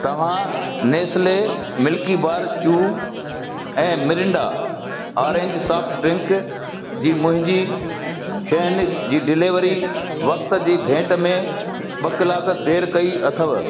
तव्हां Nestle Milkybar जूं ऐं मिरिंडा ऑरेंज सॉफ्ट ड्रिंक जी मुंहिंजी शयुनि जे डिलीवरी वक़्त जी भेट में ॿ कलाक देरि कई अथव